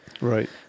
Right